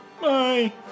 Bye